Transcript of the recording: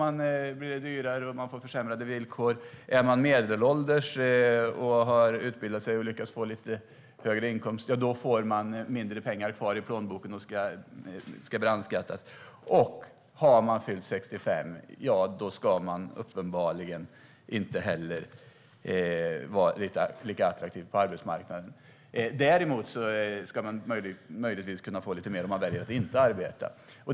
Om man är ung blir det dyrare och man får försämrade villkor, är man medelålders och har utbildat sig och lyckats få lite högre inkomst får man mindre pengar kvar i plånboken och ska brandskattas och har man fyllt 65 är man uppenbarligen inte heller lika attraktiv på arbetsmarknaden. Däremot ska man möjligtvis kunna få lite mer om man väljer att inte arbeta.